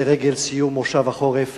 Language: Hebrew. לרגל סיום מושב החורף,